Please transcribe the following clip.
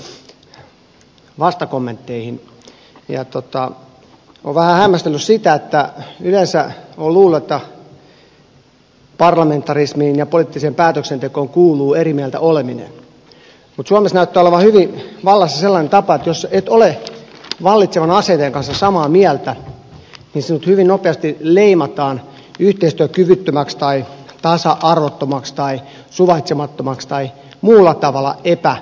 olen vähän hämmästellyt sitä että yleensä olen luullut että parlamentarismiin ja poliittiseen päätöksentekoon kuuluu eri mieltä oleminen mutta suomessa näyttää olevan hyvin vallassa semmoinen tapa että jos et ole vallitsevan asenteen kanssa samaa mieltä niin sinut hyvin nopeasti leimataan yhteistyökyvyttömäksi tasa arvottomaksi suvaitsemattomaksi tai muulla tavalla epäkelvoksi henkilöksi